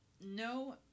no